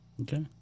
Okay